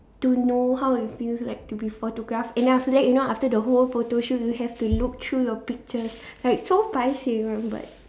to know how it feels like to be photographed and then after that you know after the whole photoshoot you have to look through the pictures like so paiseh you know but